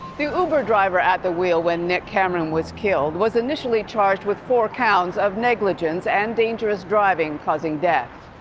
the uber driver at the wheel when nick cameron was killed was initially charged with four counts of negligence and dangerous driving causing death.